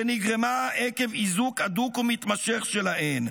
שנגרמה עקב איזוק הדוק ומתמשך שלהן,